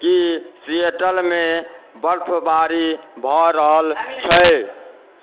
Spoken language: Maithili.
की सिएटलमे बर्फबारी भऽ रहल छै